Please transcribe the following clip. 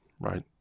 right